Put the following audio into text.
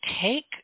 take